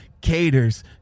caters